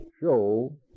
show